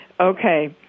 Okay